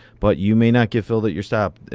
but you may not get filled at your stop.